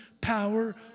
power